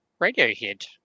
Radiohead